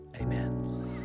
Amen